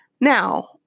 Now